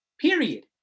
period